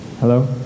Hello